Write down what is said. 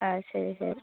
ആ ശരി ശരി